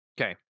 Okay